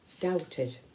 doubted